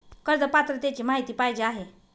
कर्ज पात्रतेची माहिती पाहिजे आहे?